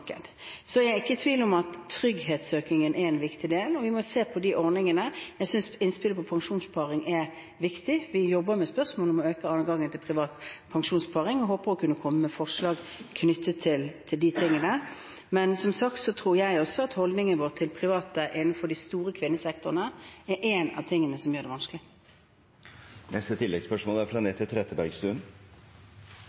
er ikke i tvil om at trygghetssøkingen er en viktig del, og vi må se på de ordningene. Jeg synes innspillet om pensjonssparing er viktig. Vi jobber med spørsmål om å øke adgangen til privat pensjonssparing og håper å kunne komme med forslag om det. Men som sagt tror jeg også at holdningen vår til private innenfor de store kvinnesektorene er noe av det som gjør det vanskelig. Anette Trettebergstuen – til oppfølgingsspørsmål. De eneste som mener at denne regjeringens likestillingspolitikk er